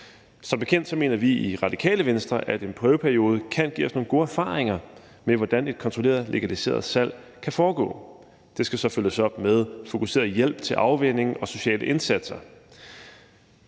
Som bekendt mener vi i Radikale Venstre, at en prøveperiode kan give os gode erfaringer med, hvordan et kontrolleret legaliseret salg kan foregå. Det skal så følges op med fokuseret hjælp til afvænning og sociale indsatser.